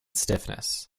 stiffness